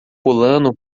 pulando